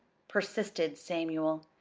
persisted samuel.